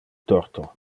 torto